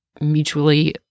mutually